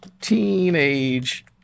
teenage